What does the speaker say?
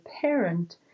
parent